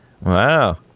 Wow